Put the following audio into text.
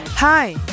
Hi